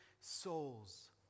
souls